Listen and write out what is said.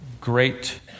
great